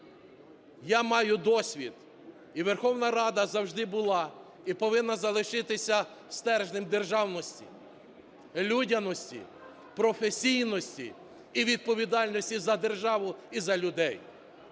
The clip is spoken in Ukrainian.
Я маю досвід, і Верховна Рада завжди була і повинна залишитися стержнем державності, людяності, професійності і відповідальності за державу і за людей.